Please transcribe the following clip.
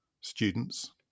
students